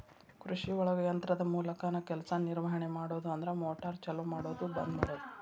ಕೃಷಿಒಳಗ ಯಂತ್ರದ ಮೂಲಕಾನ ಕೆಲಸಾ ನಿರ್ವಹಣೆ ಮಾಡುದು ಅಂದ್ರ ಮೋಟಾರ್ ಚಲು ಮಾಡುದು ಬಂದ ಮಾಡುದು